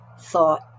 thought